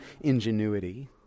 ingenuity